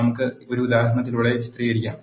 നമുക്ക് ഒരു ഉദാഹരണത്തിലൂടെ ചിത്രീകരിക്കാം